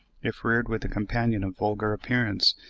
if reared with a companion of vulgar appearance,